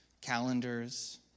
calendars